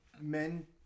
men